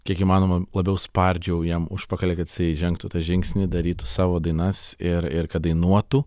kiek įmanoma labiau spardžiau jam užpakalį kad jisai žengtų tą žingsnį darytų savo dainas ir ir kad dainuotų